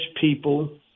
people